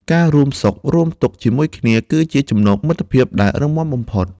ការរួមសុខរួមទុក្ខជាមួយគ្នា គឺជាចំណងមិត្តភាពដែលរឹងមាំបំផុត។